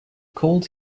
cold